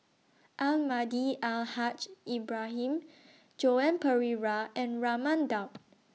Almahdi Al Haj Ibrahim Joan Pereira and Raman Daud